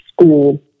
school